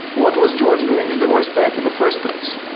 what was jordan doing in the west bank in the first place?